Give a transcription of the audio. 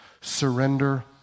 Surrender